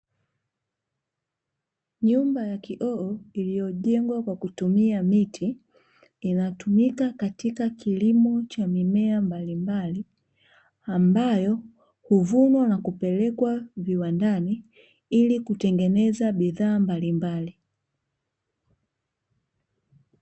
Nyumba ya kioo iliyojengwa kwa kutumia miti, inatumika katika kilimo cha mimea mbalimbali, ambayo huvunwa na kupelekwa viwandani, ili kutengeneza bidhaa mbalimbali.